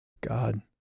God